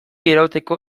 irauteko